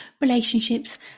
relationships